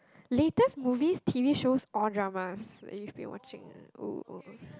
latest movies T_V shows or dramas that you've been watching !woo!